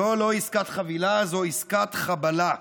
זו לא עסקת חבילה, זו עסקת חבלה,